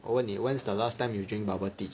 我问你 when is the last time you drink bubble tea